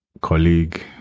Colleague